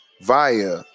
via